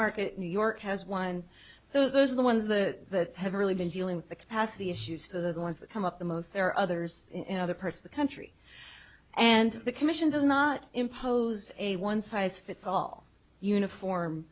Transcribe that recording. market new york has one so those are the ones that have really been dealing with the capacity issues so they're going to come up the most there are others in other parts of the country and the commission does not impose a one size fits all uniform